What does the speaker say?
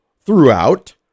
throughout